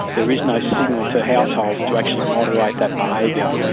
there is no signal to households to actually moderate that behaviour.